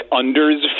unders